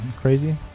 crazy